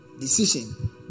Decision